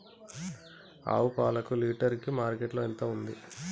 ఆవు పాలకు లీటర్ కి మార్కెట్ లో ఎంత ఉంది?